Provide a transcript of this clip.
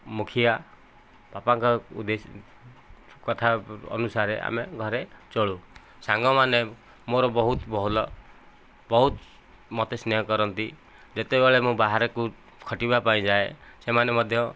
ମୁଖିଆ ବାପାଙ୍କ କଥା ଅନୁସାରେ ଆମେ ଘରେ ଚଳୁ ସାଙ୍ଗ ମାନେ ମୋର ବହୁତ ଭଲ ବହୁତ ମତେ ସ୍ନେହ କରନ୍ତି ଯେତେବେଳେ ମୁଁ ବାହାରକୁ ଖଟିବା ପାଇଁ ଯାଏ ସେମାନେ ମଧ୍ୟ